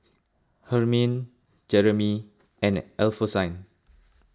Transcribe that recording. Hermine Jeramy and Alphonsine